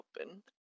open